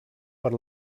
per